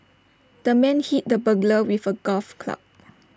the man hit the burglar with A golf club